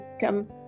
come